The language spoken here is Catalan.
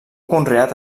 conreat